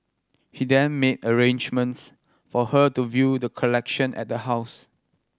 he then made arrangements for her to view the collection at the house